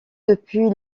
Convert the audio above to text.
depuis